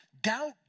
Doubt